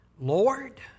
Lord